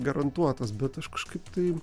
garantuotas bet aš kažkaip tai